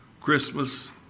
Christmas